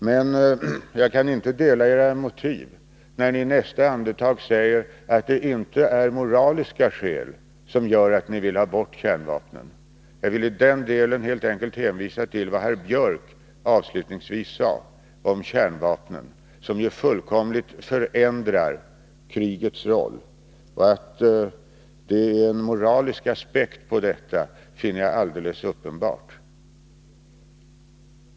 Men jag kan inte dela era motiv, när niinästa andetag säger att det inte är moraliska skäl som gör att ni vill ha bort kärnvapnen. Jag vill i den delen helt enkelt hänvisa till vad herr Biörck i Värmdö avslutningsvis sade om kärnvapnen, som ju fullkomligt förändrar krigets roll. Att det finns en moralisk aspekt på detta finner jag alldeles uppenbart.